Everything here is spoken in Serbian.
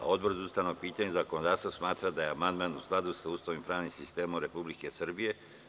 Odbor za ustavna pitanja i zakonodavstvo smatra da je amandman u skladu sa Ustavom i pravnim sistemom Republike Srbije.